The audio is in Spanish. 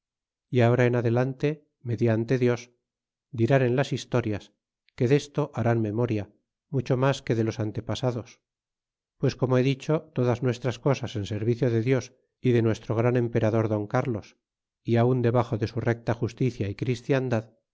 e ahora en adelante mediante dios dirán en las historias que desto harán memoria mucho mas que de los antepasados pues como he dicho todas nuestras cosas en servicio de dios y de nuestro gran emperador don crlos y aun debaxo de su recta justicia y christiandad